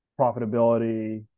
profitability